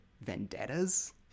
vendettas